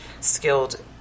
skilled